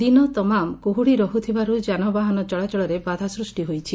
ଦିନ ତମାମ କୁହୁଡ଼ି ରହୁଥିବାରୁ ଯାନବାହାନ ଚଳାଚଳରେ ବାଧା ସୃଷି ହୋଇଛି